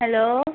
hello